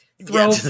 Throw